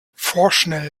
vorschnell